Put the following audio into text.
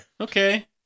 Okay